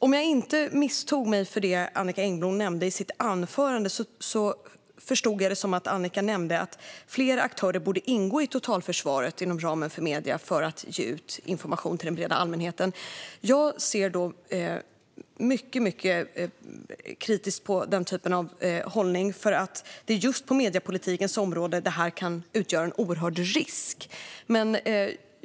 Om jag inte misstog mig på det som Annicka Engblom nämnde i sitt anförande menade hon att fler aktörer inom ramen för media borde ingå i totalförsvaret för att ge ut information till den breda allmänheten. Jag ser kritiskt på den hållningen. Just på mediepolitikens område kan detta utgöra en oerhörd risk.